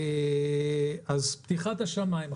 אז פתיחת השמיים.